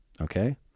Okay